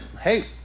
Hey